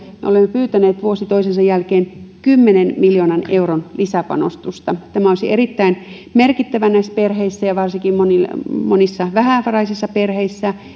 ja olemme pyytäneet vuosi toisensa jälkeen kymmenen miljoonan euron lisäpanostusta tämä olisi erittäin merkittävä näissä perheissä ja varsinkin monissa vähävaraisissa perheissä